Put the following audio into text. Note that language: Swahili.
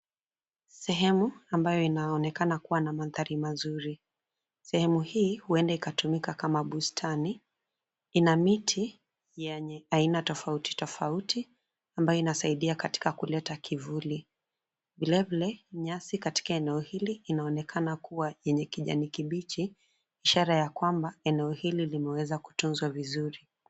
Sehemu ambayo inaonekana kuwa na mandhari mazuri. Sehemu hii huenda ikatumika kama bustani. Ina miti yenye aina tofauti tofauti ambayo inasaidia katika kuleta kivuli. Vilevile, nyasi katika eneo hili inaonekana kuwa yenye kiijani kibichi, ishara ya kwamba, eneo hili limeweza kutunzwa vizuri.